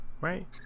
right